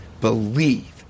believe